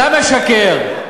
אתה משקר.